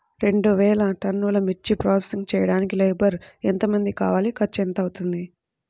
రెండు వేలు టన్నుల మిర్చి ప్రోసెసింగ్ చేయడానికి లేబర్ ఎంతమంది కావాలి, ఖర్చు ఎంత అవుతుంది?